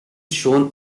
shown